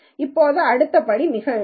இப்போது அடுத்த படி மிகவும் எளிது